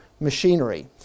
machinery